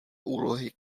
úlohy